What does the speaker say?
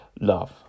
love